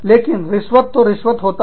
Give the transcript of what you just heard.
लेकिन रिश्वत तो रिश्वत होता है